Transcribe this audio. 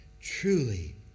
truly